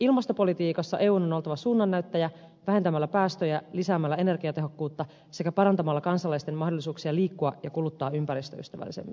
ilmastopolitiikassa eun on oltava suunnannäyttäjä vähentämällä päästöjä lisäämällä energiatehokkuutta sekä parantamalla kansalaisten mahdollisuuksia liikkua ja kuluttaa ympäristöystävällisemmin